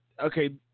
Okay